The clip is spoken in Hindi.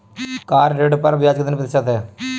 कार ऋण पर ब्याज कितने प्रतिशत है?